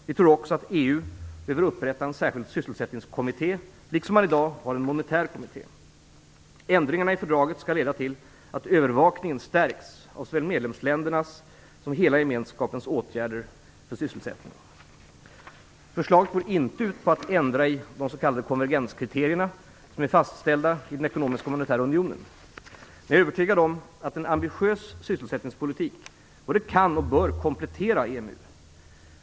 Vi tror också att EU behöver upprätta en särskild sysselsättningskommitté, liksom man i dag har en monetär kommitté. Ändringarna i fördraget skall leda till att övervakningen stärks av såväl medlemsländernas som hela gemenskapens åtgärder för sysselsättning. Förslaget går inte ut på att ändra i de s.k. konvergenskriterierna, som är fastställda i den ekonomiska och monetära unionen. Jag är övertygad om att en ambitiös sysselsättningspolitik både kan och bör komplettera EMU.